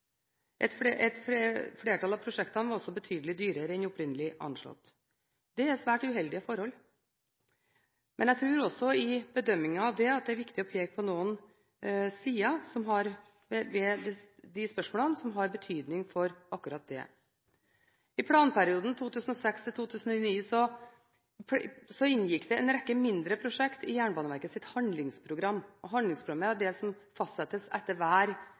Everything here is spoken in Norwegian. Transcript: Et flertall av prosjektene var også betydelig dyrere enn opprinnelig anslått. Det er svært uheldige forhold. Men jeg tror også i bedømmingen av det at det er viktig å peke på noen sider ved de spørsmålene som har betydning for akkurat det. I planperioden 2006–2009 inngikk det en rekke mindre prosjekter i Jernbaneverkets handlingsprogram. Handlingsprogrammet er det som fastsettes etter at Stortinget har behandlet hver